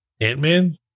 Ant-Man